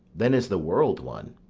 then is the world one.